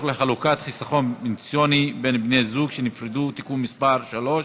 לחלוקת חיסכון פנסיוני בין בני זוג שנפרדו (תיקון מס' 3),